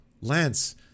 Lance